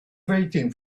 waiting